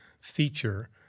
feature